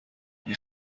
این